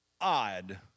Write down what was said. odd